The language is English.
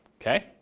Okay